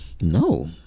no